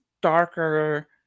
darker